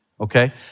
Okay